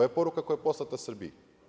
To je poruka koja je poslata Srbiji.